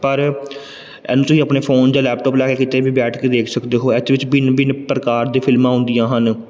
ਪਰ ਇਹਨੂੰ ਤੁਸੀਂ ਆਪਣੇ ਫੋਨ ਜਾਂ ਲੈਪਟੋਪ ਲੈ ਕੇ ਕਿਤੇ ਵੀ ਬੈਠ ਕੇ ਦੇਖ ਸਕਦੇ ਹੋ ਐਚ ਵਿੱਚ ਭਿੰਨ ਭਿੰਨ ਪ੍ਰਕਾਰ ਦੀਆਂ ਫਿਲਮਾਂ ਆਉਂਦੀਆਂ ਹਨ